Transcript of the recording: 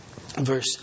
verse